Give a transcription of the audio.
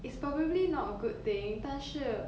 it's probably not a good thing 但是